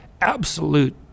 absolute